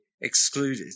excluded